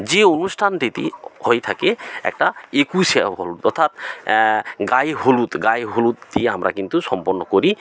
যে অনুষ্ঠানটি তি হয়ে থাকে একটা একুশে হলু অর্থাৎ গায়ে হলুদ গায়ে হলুদ দিয়ে আমরা কিন্তু সম্পন্ন করি